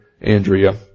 Andrea